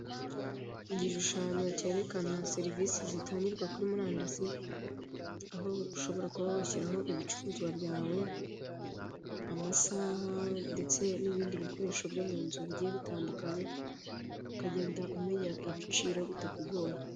Igishushanyo kerekana serivisi zitangirwa kuri murandasi aho ushobora kuba washyiraho ibicuruzwa byawe amasaha ndetse nibindi bikoresho byo mu nzu bigiye bitandukanye akagenda umenya ibiciro bitakugoye.